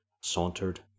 sauntered